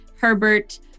Herbert